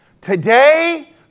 Today